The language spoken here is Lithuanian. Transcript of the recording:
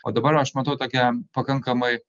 o dabar aš matau tokią pakankamai